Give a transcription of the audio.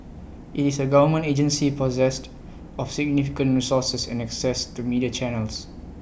IT is A government agency possessed of significant resources and access to media channels